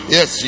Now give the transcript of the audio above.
Yes